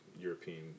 European